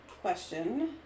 Question